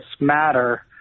matter